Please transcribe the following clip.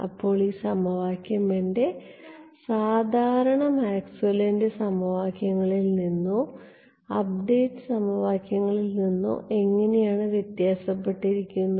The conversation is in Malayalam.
അപ്പോൾ ഈ സമവാക്യം എന്റെ സാധാരണ മാക്സ്വെല്ലിന്റെ സമവാക്യങ്ങളിൽ നിന്നോ അപ്ഡേറ്റ് സമവാക്യങ്ങളിൽ നിന്നോ എങ്ങനെയാണ് വ്യത്യാസപ്പെട്ടിരിക്കുന്നത്